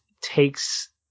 takes